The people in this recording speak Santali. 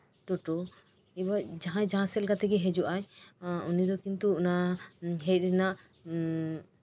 ᱴᱳᱴᱳ ᱮᱵᱟᱨ ᱡᱟᱦᱟᱸᱭ ᱡᱟᱦᱟᱸ ᱥᱮᱫ ᱛᱮᱜᱮᱭ ᱦᱤᱡᱩᱜᱼᱟ ᱩᱱᱤ ᱫᱚ ᱠᱤᱱᱛᱩ ᱚᱱᱟ ᱦᱮᱡ ᱨᱮᱱᱟᱜ